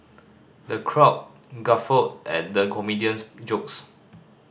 the crowd guffawed at the comedian's jokes